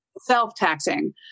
self-taxing